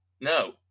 No